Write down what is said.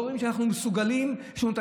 לא רואים שאנחנו מסוגלים ושיש לנו את